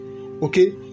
okay